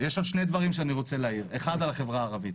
יש עוד שני דברים שאני רוצה להעיר: 1. החברה הערבית